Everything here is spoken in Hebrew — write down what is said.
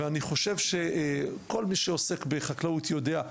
אני גם חושב שכל מי שעוסק בחקלאות יודע,